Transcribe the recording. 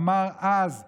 אמר אז ברוסית: